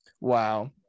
wow